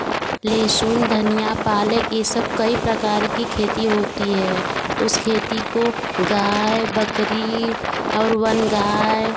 लहसुन धनिया पालक यह सब कई प्रकार की खेती होती है उस खेती को गाय बकरी और वन गाय